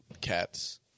cats